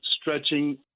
stretching